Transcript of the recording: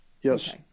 Yes